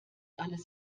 alles